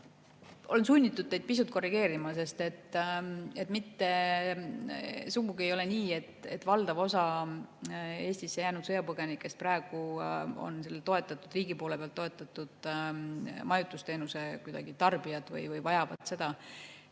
Olen sunnitud teid pisut korrigeerima, sest mitte sugugi ei ole nii, et valdav osa Eestisse jäänud sõjapõgenikest on riigi poolt toetatud majutusteenuse tarbijad või vajavad seda.